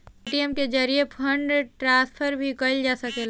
ATM के जरिये fund transfer भी कईल जा सकेला